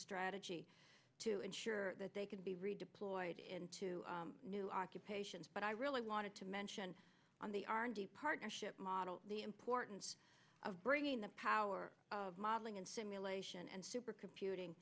strategy to ensure that they can be redeployed into new occupations but i really wanted to mention on the r and d partnership model the importance of bringing the power of modeling and simulation and supercomputing